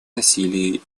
насилии